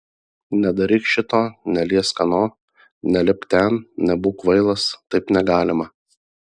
nedaryk šito neliesk ano nelipk ten nebūk kvailas taip negalima